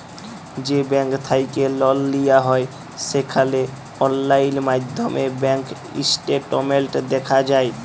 যে ব্যাংক থ্যাইকে লল লিয়া হ্যয় সেখালে অললাইল মাইধ্যমে ব্যাংক ইস্টেটমেল্ট দ্যাখা যায়